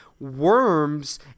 worms